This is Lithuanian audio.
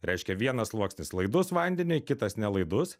reiškia vienas sluoksnis laidus vandeniui kitas nelaidus